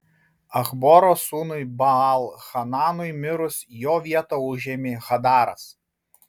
achboro sūnui baal hananui mirus jo vietą užėmė hadaras